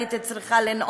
הייתי צריכה לנאום,